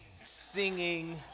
singing